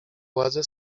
władze